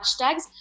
hashtags